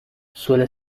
suele